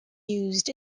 used